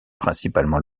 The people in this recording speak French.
principalement